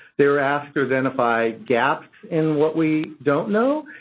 they were asked to identify gaps in what we don't know,